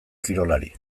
kirolari